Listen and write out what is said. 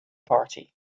party